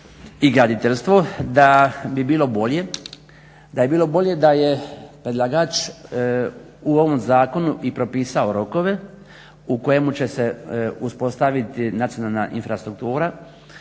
i graditeljstvo da bi bilo bolje da je predlagač u ovom zakonu i propisao rokove u kojemu će se uspostaviti nacionalna infrastruktura